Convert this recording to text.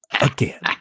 again